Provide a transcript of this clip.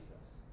Jesus